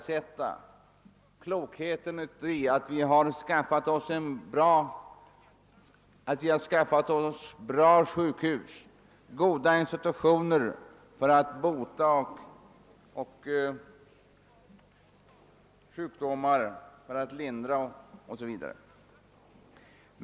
Jag tillhör alls inte dem som ifrågasätter klokheten i att vi har skaffat oss goda sjukhus och institutioner för att lindra och bota sjukdomar.